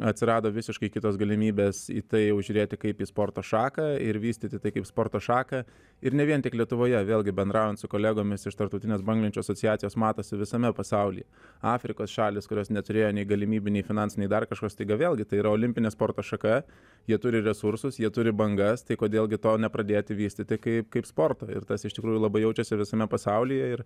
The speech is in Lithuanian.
atsirado visiškai kitos galimybės į tai jau žiūrėti kaip į sporto šaką ir vystyti tai kaip sporto šaką ir ne vien tik lietuvoje vėlgi bendraujant su kolegomis iš tarptautinės banglenčių asociacijos matosi visame pasaulyje afrikos šalys kurios neturėjo nei galimybių nei finansų nei dar kažko staiga vėlgi tai yra olimpinė sporto šaka jie turi resursus jie turi bangas tai kodėl gi to nepradėti vystyti kaip kaip sporto ir tas iš tikrųjų labai jaučiasi visame pasaulyje ir